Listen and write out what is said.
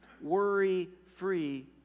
worry-free